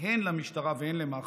הן למשטרה והן למח"ש,